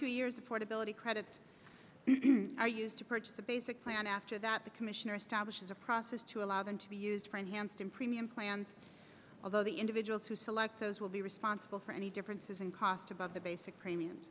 two years affordability credits are used to purchase a basic plan after that the commissioner establishes a process to allow them to be used for enhanced in premium plans although the individuals who select those will be responsible for any differences in cost above the basic premiums